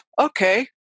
okay